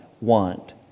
want